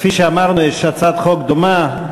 כפי שאמרנו, יש הצעת חוק דומה,